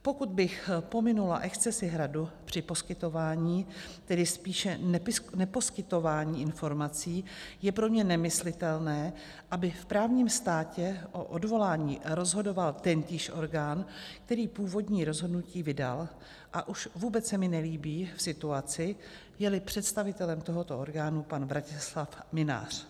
Pokud bych pominula excesy Hradu při poskytování, tedy spíše neposkytování informací, je pro mě nemyslitelné, aby v právním státě o odvolání rozhodoval tentýž orgán, který původní rozhodnutí vydal, a už vůbec se mi nelíbí v situaci, jeli představitelem tohoto orgánu pan Vratislav Mynář.